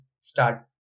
start